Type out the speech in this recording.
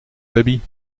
habits